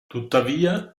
tuttavia